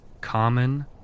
Common